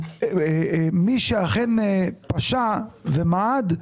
מי שאכן פשע ומעד,